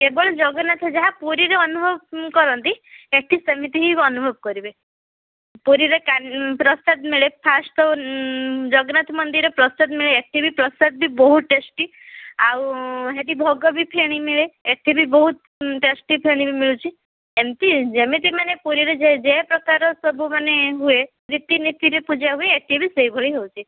କେବଳ ଜଗନ୍ନାଥ ଯାହା ପୁରୀରେ ଅନୁଭବ କରନ୍ତି ଏଠି ସେମିତି ହିଁ ଅନୁଭବ କରିବେ ପୁରୀରେ କାନି ପ୍ରସାଦ ମିଳେ ଫାଷ୍ଟ ତ ଜଗନ୍ନାଥ ମନ୍ଦିର ପ୍ରସାଦ ମିଳେ ଏଠି ବି ପ୍ରସାଦ ବହୁତ ଟେଷ୍ଟି ଆଉ ହେଠି ଭୋଗ ବି ଫେଣି ମିଳେ ଏଠିବି ବହୁତ ଟେଷ୍ଟି ଫେଣି ମିଳୁଛି ଏମତି ଯେମିତି ମାନେ ପୁରୀର ଯେ ଯେ ପ୍ରକାର ସବୁମାନେ ହୁଏ ରୀତିନୀତିରେ ହୁଏ ଏଠି ବି ସେଇଭଳି ହେଉଛି